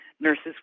nurses